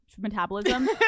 metabolism